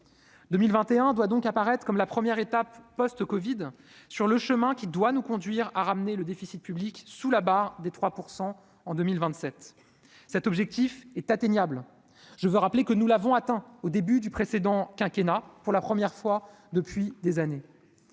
2021 doit donc apparaître comme la première étape post-Covid sur le chemin qui doit nous conduire à ramener le déficit public sous la barre des 3 % en 2027, cet objectif est atteignable, je veux rappeler que nous l'avons atteint au début du précédent quinquennat pour la première fois depuis des années,